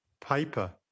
paper